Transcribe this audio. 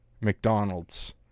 McDonald's